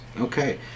Okay